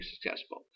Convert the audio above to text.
successful